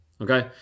Okay